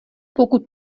pokud